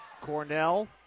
Cornell